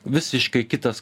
visiškai kitas